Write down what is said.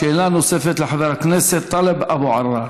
שאלה נוספת לחבר הכנסת טלב אבו עראר.